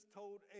told